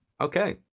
okay